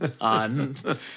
on